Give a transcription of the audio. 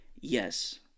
Yes. –